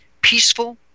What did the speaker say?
peaceful